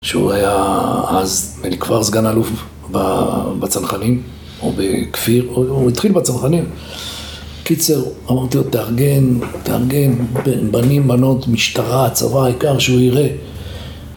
כשהוא היה אז בן, כבר סגן אלוף בצנחנים, או בכפיר, הוא התחיל בצנחנים. קיצר, אמרתי לו, תארגן, תארגן, בנים, בנות, משטרה, הצבא העיקר שהוא יראה.